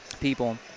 people